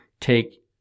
take